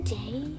day